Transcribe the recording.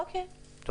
בסדר.